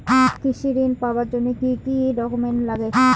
কৃষি ঋণ পাবার জন্যে কি কি ডকুমেন্ট নাগে?